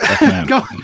go